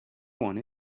want